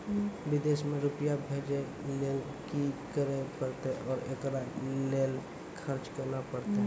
विदेश मे रुपिया भेजैय लेल कि करे परतै और एकरा लेल खर्च केना परतै?